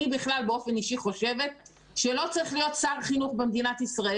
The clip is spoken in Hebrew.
אני בכלל באופן אישי חושבת שלא צריך להיות שר חינוך במדינת ישראל.